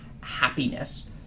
happiness